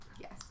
Yes